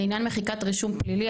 לעניין מחיקת רישום פלילי,